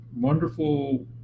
wonderful